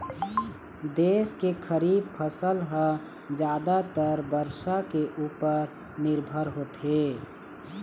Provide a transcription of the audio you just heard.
देश के खरीफ फसल ह जादातर बरसा के उपर निरभर होथे